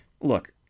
look